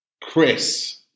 Chris